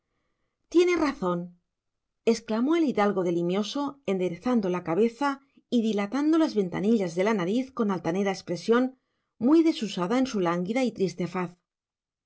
navaja tiene razón exclamó el hidalgo de limioso enderezando la cabeza y dilatando las ventanillas de la nariz con altanera expresión muy desusada en su lánguida y triste faz